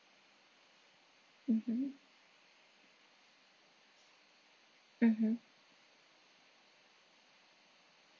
mmhmm mmhmm